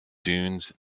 dunes